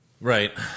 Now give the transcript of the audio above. right